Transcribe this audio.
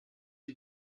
die